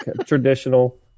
traditional